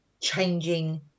changing